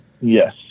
Yes